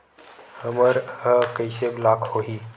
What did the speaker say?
हमर ह कइसे ब्लॉक होही?